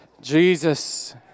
Jesus